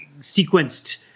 sequenced